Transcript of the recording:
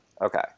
Okay